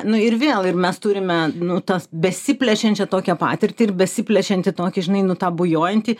nu ir vėl ir mes turime nu tas besiplečiančią tokią patirtį ir besiplečiantį tokį žinai nu tą bujojantį